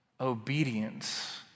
obedience